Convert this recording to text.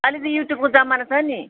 अहिले त युट्युबको जमाना छ नि